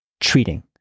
treating